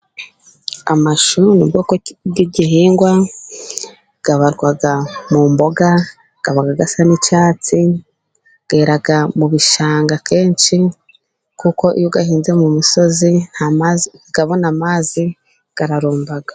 Amashu ni ubwoko bw'igihingwa bwabarwaga mu mboga. Asa n'icyatsi. Bwera mu bishanga kenshi, kuko iyo ahinze mu misozi ntabone amazi ararumba.